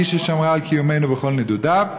היא ששמרה על קיום עמנו בכל נדודיו.